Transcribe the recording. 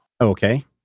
Okay